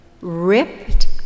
ripped